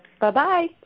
Bye-bye